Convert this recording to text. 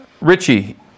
Richie